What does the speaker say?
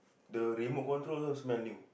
the remote control also smell new